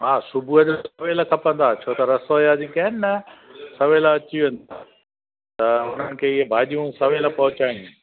हा सुबुह जो सवेल खपंदा छो त रसोईआ अॼु कनि न सवेल अची वञजो त त हुन खे इअ भाॼियूं सवेल पहुचाइणी आहे